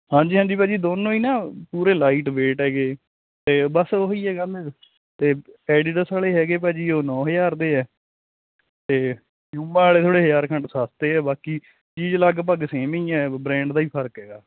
ਹਾਂਜੀ ਹਾਂਜੀ ਭਾਅ ਜੀ ਦੋਨੋਂ ਹੀ ਨਾ ਪੂਰੇ ਲਾਈਟ ਵੇਟ ਹੈਗੇ ਤੇ ਬਸ ਉਹੀ ਹੈਗਾ ਹੈ ਐਡੀਜਸ ਆਲੇ ਹੈਗੇ ਭਾਅ ਜੀ ਉਹ ਨੋ ਹਜਾਰ ਦੇ ਆ ਤੇ ਪਿਉਮਾ ਵਾਲੇ ਥੋੜੇ ਹਜਾਰ ਖੰਡ ਸਸਤੇ ਆ ਬਾਕੀ ਚੀਜ਼ ਲਗਭਗ ਸੇਮ ਹੀ ਹ ਬ੍ਰਾਂਡ ਦਾ ਹੀ ਫਰਕ ਹੈਗਾ